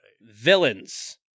Villains